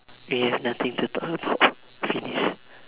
we have nothing to talk about finish